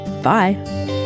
Bye